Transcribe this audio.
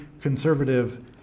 conservative